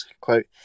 quote